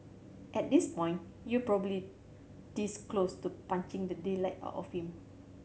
at this point you probably this close to punching the daylight out of him